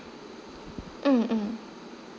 mm mm